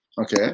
Okay